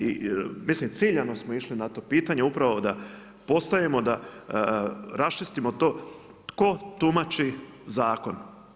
I mislim, ciljano smo išli na to pitanje, upravo da postavimo, da raščistimo to tko tumači zakon.